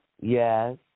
Yes